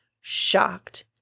shocked